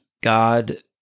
God